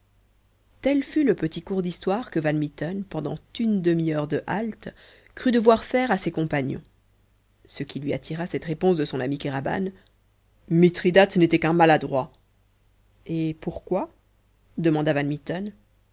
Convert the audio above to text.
tel fut le petit cours d'histoire que van mitten pendant une demi-heure de halte crut devoir faire à ses compagnons ce qui lui attira cette réponse de son ami kéraban mithridate n'était qu'un maladroit et pourquoi demanda